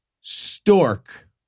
stork